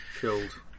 killed